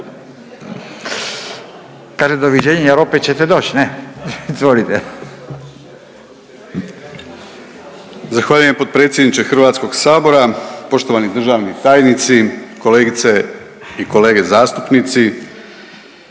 **Begonja, Josip (HDZ)** Zahvaljujem potpredsjedniče Hrvatskog sabora, poštovani državni tajnici, kolegice i kolege zastupnici.